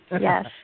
Yes